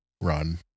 run